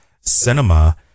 cinema